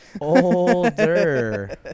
Older